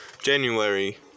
January